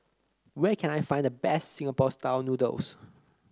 where can I find the best Singapore style noodles